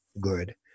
good